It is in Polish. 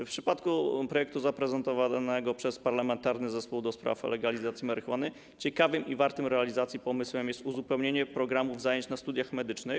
W przypadku projektu zaprezentowanego przez Parlamentarny Zespół ds. Legalizacji Marihuany ciekawym i wartym realizacji pomysłem jest uzupełnienie programów zajęć na studiach medycznych.